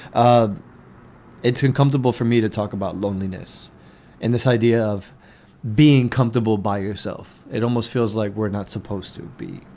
it's uncomfortable for me to talk about loneliness and this idea of being comfortable by yourself. it almost feels like we're not supposed to be,